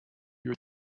your